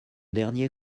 dernier